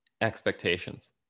expectations